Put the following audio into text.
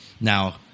Now